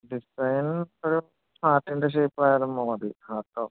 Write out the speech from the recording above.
design ഒരു ഹാർട്ടിൻ്റെ shape ആയാലും മതി ഹാർട്ടോ